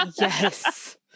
yes